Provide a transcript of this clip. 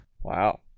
Wow